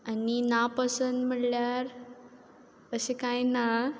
आनी नापसंद म्हळ्ळ्यार अशें कांय ना